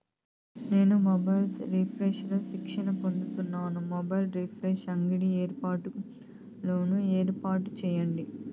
నేను mobiles repairs లో శిక్షణ పొందాను, మొబైల్ రిపైర్స్ అంగడి ఏర్పాటుకు లోను ఏర్పాటు సేయండి?